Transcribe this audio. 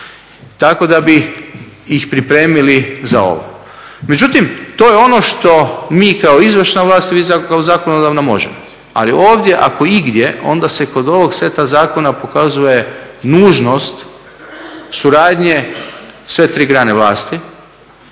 Tako da bi ih pripremili za ovo. Međutim, to je ono što mi kao izvršna vlas i vi kao zakonodavna možemo. Ali ovdje ako igdje onda se kod ovog seta zakona pokazuje nužnost suradnje sve tri grane vlasti